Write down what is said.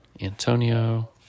Antonio